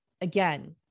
again